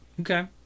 Okay